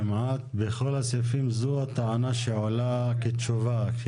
כמעט בכל הסעיפים זו הטענה שעולה כתשובה.